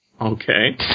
Okay